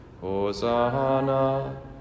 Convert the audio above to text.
Hosanna